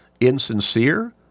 insincere